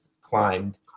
climbed